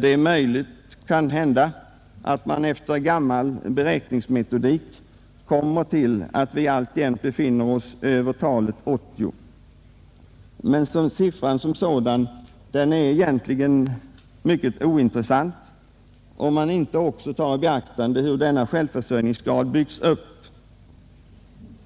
Det är möjligt att man enligt gammal beräkningsmetodik kommer fram till att vi alltjämt befinner oss över talet 80, men siffran som sådan är egentligen ointressant, om man inte också tar i beaktande hur denna självförsörjningsgrad byggts upp,